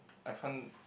I can't